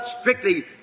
strictly